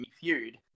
feud